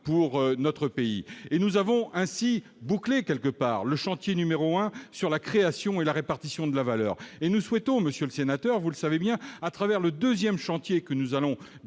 pour notre pays et nous avons ainsi bouclé quelque part le chantier numéro un sur la création et la répartition de la valeur et nous souhaitons, Monsieur le Sénateur, vous le savez bien, à travers le 2ème chantier que nous allons d'ores